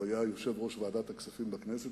הוא היה יושב-ראש ועדת הכספים בכנסת,